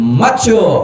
macho